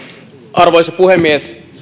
arvoisa puhemies